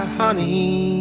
honey